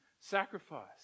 sacrifice